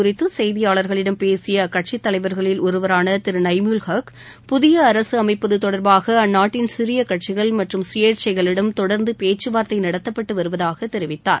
குறித்து செய்தியாளர்களிடம் பேசிய அக்கட்சித் தவைர்களில் ஒருவரான திரு நய்முல் ஹக் இது புதிய அரசு அமைப்பது தொடர்பாக அந்நாட்டின் சிறிய கட்சிகள் மற்றம் கபேட்கைளிடம் தொடர்ந்து பேச்க வார்த்தை நடத்தப்பட்டு வருவதாக அக்கட்சி தெரிவித்தார்